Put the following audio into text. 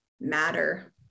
matter